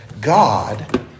God